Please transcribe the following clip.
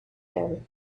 him